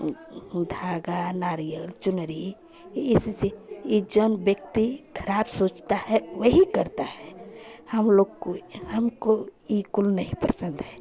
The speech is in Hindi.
ऊ धागा नारियल चुनरी इससे ये जौन व्यक्ति खराब सोचता है वही करता है हम लोग को हमको ये कोनो नहीं पसन्द है